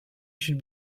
should